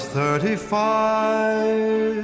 Thirty-five